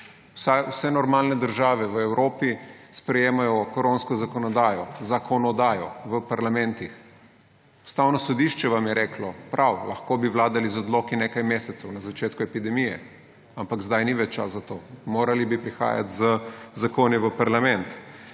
vse normalne države v Evropi sprejemajo koronsko zakonodajo – zakonodajo! – v parlamentih. Ustavno sodišče vam je reklo, da prav, lahko bi vladali z odloki nekaj mesecev na začetku epidemije, ampak zdaj ni več čas za to, morali bi prihajati z zakoni v parlament.